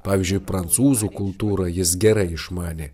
pavyzdžiui prancūzų kultūrą jis gerai išmanė